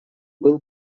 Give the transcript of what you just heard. был